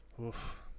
Oof